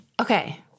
okay